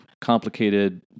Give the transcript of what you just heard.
complicated